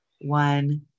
one